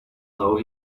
though